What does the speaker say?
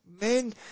men